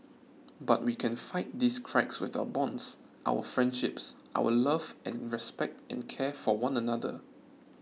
but we can fight these cracks with our bonds our friendships our love and respect and care for one another